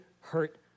hurt